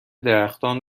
درختان